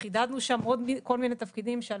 וחידדנו שם עוד כל מיני תפקידים שעל